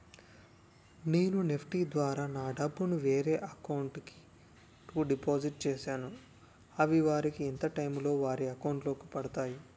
నేను నెఫ్ట్ ద్వారా నా డబ్బు ను వేరే వారి అకౌంట్ కు డిపాజిట్ చేశాను అవి వారికి ఎంత టైం లొ వారి అకౌంట్ లొ పడతాయి?